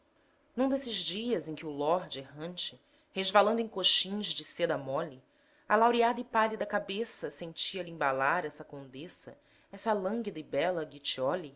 num desses dias em que o lord errante resvalando em coxins de seda mole a laureada e pálida cabeça sentia-lhe embalar essa condessa essa lânguida e bela